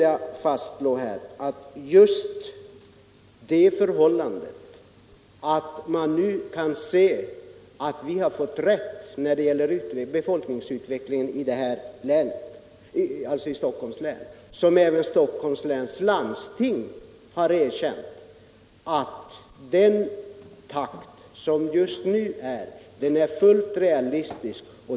Jag fastslår alltså att man nu kan se att vi har fått rätt när det gäller befolkningsutvecklingen i Stockholms län — något som även Stockholms läns landsting har erkänt då man sagt att just den nuvarande takten är fullt realistisk.